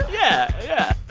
yeah. yeah.